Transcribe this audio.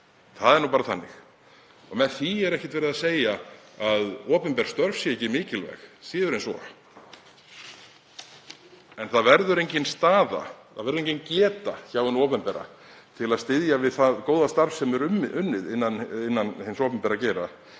Það er nú bara þannig og með því er ekki verið að segja að opinber störf séu ekki mikilvæg, síður en svo. En það verður engin staða og engin geta hjá hinu opinbera til að styðja við það góða starf sem er unnið innan hins opinbera geira ef